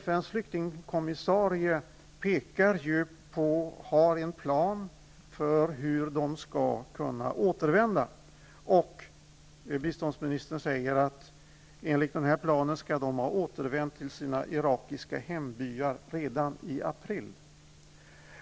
FN:S flyktingkommissarie har enligt svaret en plan för hur dessa skall kunna återvända. Biståndsministern säger att de enligt planen skall ha återvänt till sina irakiska hembyar redan i april.